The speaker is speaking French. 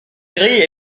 gris